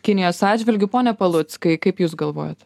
kinijos atžvilgiu pone paluckai kaip jūs galvojat